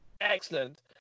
Excellent